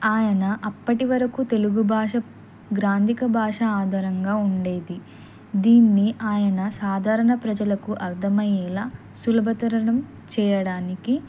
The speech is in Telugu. ఆయన అప్పటి వరకు తెలుగు భాష గ్రాంథిక భాష ఆధారంగా ఉండేది దీన్ని ఆయన సాధారణ ప్రజలకు అర్థమయ్యేలా సులభతరం చేయడానికి